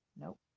Nope